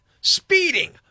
Speeding